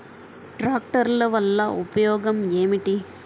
ట్రాక్టర్ల వల్ల ఉపయోగం ఏమిటీ?